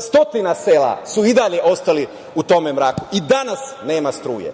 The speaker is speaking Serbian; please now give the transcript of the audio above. stotinu sela su i dalje ostali u tom mraku, ni danas nema struje.